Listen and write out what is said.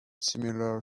similar